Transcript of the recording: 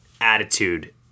attitude